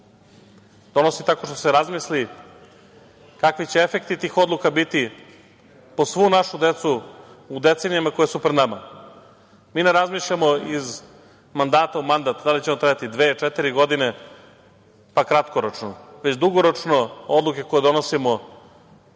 donosi tako što se razmisli kakvi će efekti tih odluka biti po svu našu decu u decenijama koje su pred nama. Mi ne razmišljamo iz mandata u mandat, da li će on trajati dve, četiri godine, pa kratkoročno, već dugoročno odluke koje donosimo